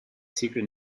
secret